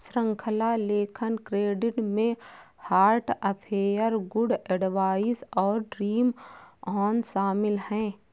श्रृंखला लेखन क्रेडिट में हार्ट अफेयर, गुड एडवाइस और ड्रीम ऑन शामिल हैं